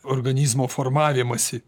organizmo formavimąsi